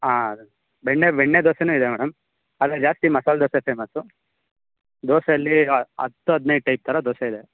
ಹಾಂ ಬೆಣ್ಣೆ ಬೆಣ್ಣೆ ದೋಸೆನೂ ಇದೆ ಮೇಡಮ್ ಆದರೆ ಜಾಸ್ತಿ ಮಸಾಲೆ ದೋಸೆ ಫೇಮಸ್ ದೋಸೆಯಲ್ಲಿ ಹತ್ತು ಹದಿನೈದು ಟೈಪ್ ಥರ ದೋಸೆ ಇದೆ